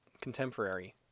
contemporary